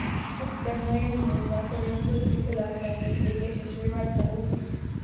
उत्पन्न योजनेचा स्वयंस्फूर्त खुलासा ही एक यशस्वी वाटचाल होती